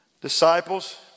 Disciples